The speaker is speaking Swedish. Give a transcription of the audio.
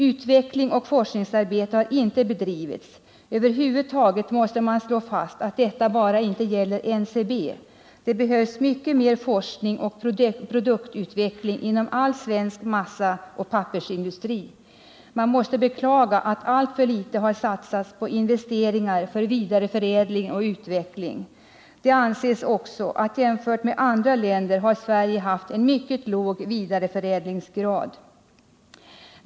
Utvecklingsoch forskningsarbete har inte bedrivits. Över huvud taget måste man slå fast, att detta inte bara gäller NCB. Det behövs mycket mer forskning och produktutveckling inom all svensk massaoch pappersindustri. Man måste beklaga att alltför litet har satsats på investeringar för vidareförädling och utveckling. Det anses också att Sverige jämfört med andra länder har haft en mycket låg vidareförädlingsgrad.